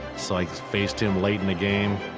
so i faced him late in the game.